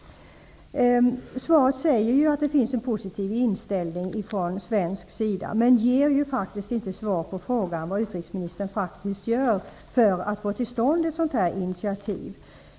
I svaret sägs att det finns en positiv inställning från svensk sida. Men utrikesministern ger inte svar på frågan vad utrikesministern faktiskt gör för att få till stånd ett sådant initiativ.